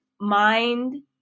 mind